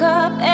up